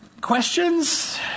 Questions